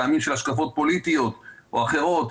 טעמים של השקפות פוליטיות או אחרות,